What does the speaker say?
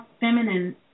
feminine